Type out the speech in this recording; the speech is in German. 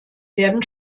werden